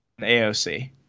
AOC